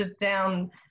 down